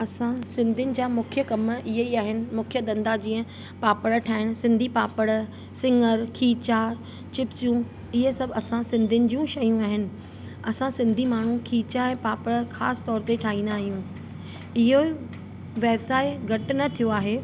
असांजा सिंधिबि जा मुख्य कमु इहे ई आहिनि मुख्य धंधा जीअं पापड़ ठाहिण सिंधी पापड़ सिङर खीचा चिप्सियूं इहे सभु असां सिंधियुनि जूं शयूं आहिनि असां सिंधी माण्हू खीचा ऐं पापड़ ख़ासि तौर ते ठाहींदा आहियूं इहो ई व्यवसाय घटि न थियो आहे